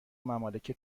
ممالک